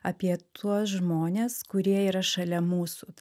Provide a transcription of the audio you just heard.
apie tuos žmones kurie yra šalia mūsų